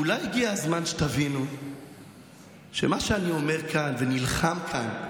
אולי הגיע הזמן שתבינו שמה שאני אומר כאן ונלחם עליו כאן,